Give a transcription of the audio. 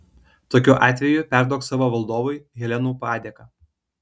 tokiu atveju perduok savo valdovui helenų padėką